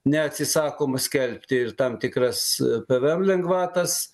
neatsisakoma skelbti ir tam tikras pvm lengvatas